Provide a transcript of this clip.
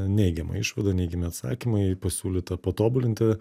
neigiama išvada neigiami atsakymai pasiūlyta patobulinti